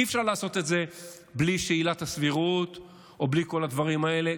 אי- אפשר לעשות את זה בלי עילת הסבירות או בלי כל הדברים האלה.